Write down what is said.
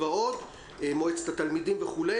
מועצת התלמידים ועוד ועוד.